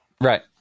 Right